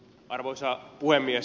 arvoisa puhemies